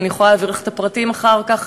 אני יכולה להעביר לך את הפרטים אחר כך,